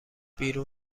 بیرون